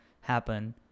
happen